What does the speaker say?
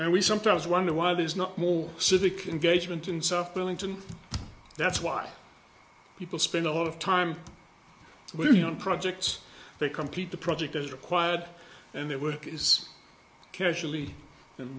and we sometimes wonder why there's not more civic engagement and stuff billington that's why people spend a lot of time william projects they complete the project as required and their work is casually and